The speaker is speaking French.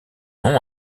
nom